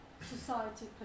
society